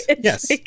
Yes